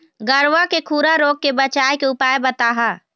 गरवा के खुरा रोग के बचाए के उपाय बताहा?